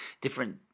different